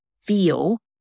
feel